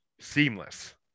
Seamless